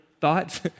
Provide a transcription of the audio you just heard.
thoughts